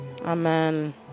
Amen